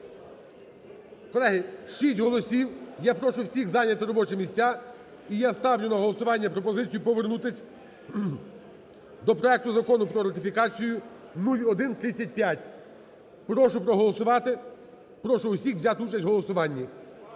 Колеги, 6 голосів. Я прошу всіх зайняти робочі місця. І я ставлю на голосування пропозицію повернутись до проекту Закону про ратифікацію (0135). Прошу проголосувати. Прошу усіх взяти участь в голосуванні.